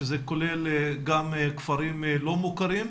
שזה כולל גם כפרים לא מוכרים.